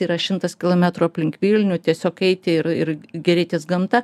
yra šimtas kilometrų aplink vilnių tiesiog eiti ir ir gėrėtis gamta